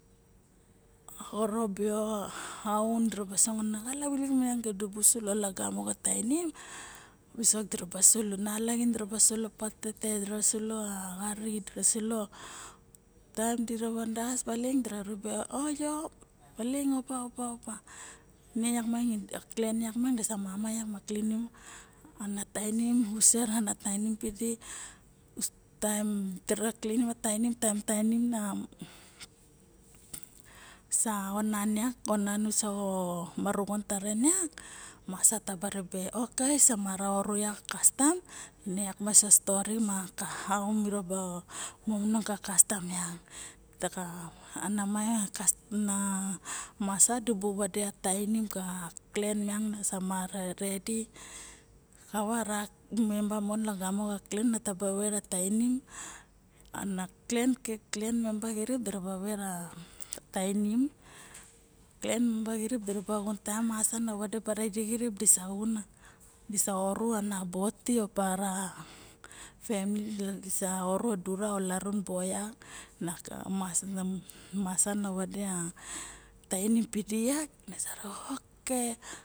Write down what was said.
Xoro bio aun ana xalap lixilik kirip miang dibu sulo lagamo xa tainim viso diraba sulo lagamo xa tainim ma nala xin diraba sulopatete sulo a xari sulo a taem dira vandas baling dira ribe ne yak miang a klen yak miang di sa mama yak ma klinim ana tainim taem a tainim na sa onan yak masaonan yak ka marixon masa taba ribe oke samara oru yak a kastam ne yak na sa story ma how miraba momomong ka kastom miang taka anamaya na masa dibu vade ana tainim ka klen miang samara redy kavara memba mon lagamo ka klen nataba vera tainim ana klen kirap diraba vera tainim klen memba xirip diraba xun taem asa na bara disa oku ana bo ti opa ra famly disa oru dura dura o larun bo yak kana masa na vade tainim tidi yak masa ribe oke